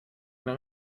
mehr